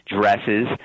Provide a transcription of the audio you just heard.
dresses